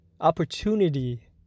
opportunity